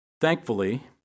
thankfully